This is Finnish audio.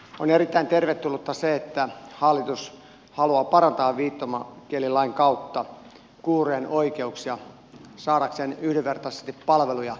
on erittäin tervetullutta se että hallitus haluaa parantaa viittomakielilain kautta kuurojen oikeuksia saada yhdenvertaisesti palveluja yhteiskunnassamme